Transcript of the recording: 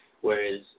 whereas